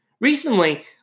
Recently